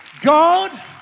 god